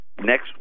next